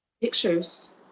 pictures